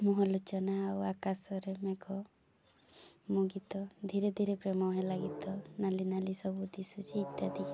ମୁହଁ ଲୁଚାନା ଆଉ ଆକାଶରେ ମେଘ ମୁଁ ଗୀତ ଧୀରେ ଧୀରେ ପ୍ରେମ ହେଲା ଗୀତ ନାଲି ନାଲି ସବୁ ଦିଶୁଛି ଇତ୍ୟାଦି ଗୀତ